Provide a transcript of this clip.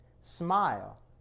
smile